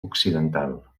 occidental